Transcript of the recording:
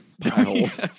piles